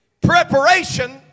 Preparation